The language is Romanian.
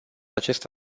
acest